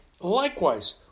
Likewise